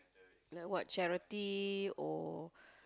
like what charity or